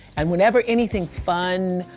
and whenever anything fun,